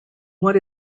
what